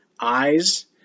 eyes